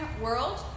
world